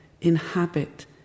inhabit